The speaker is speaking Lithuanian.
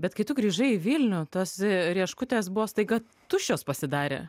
bet kai tu grįžai į vilnių tos rieškutės buvo staiga tuščios pasidarė